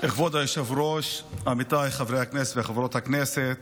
כבוד היושב-ראש, עמיתיי חברי הכנסת וחברות הכנסת,